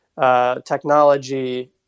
technology